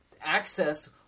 access